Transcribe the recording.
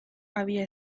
había